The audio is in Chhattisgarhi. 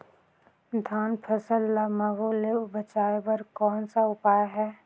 धान फसल ल महू ले बचाय बर कौन का उपाय हे?